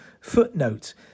footnote